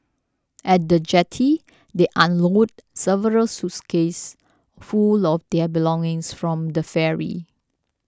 at the jetty they unload several suitcases full of their belongings from the ferry